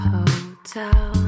Hotel